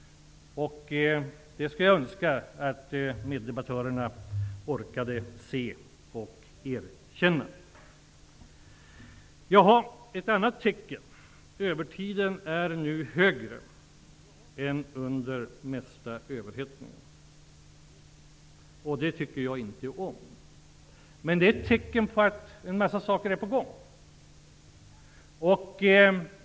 Jag skulle önska att meddebattörerna kunde se och erkänna det. Övertid förekommer nu i större utsträckning än under den största överhettningen. Det tycker jag inte om. Men det är ett tecken på att en mängd saker är på gång.